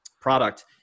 product